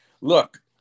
Look